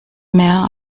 mehr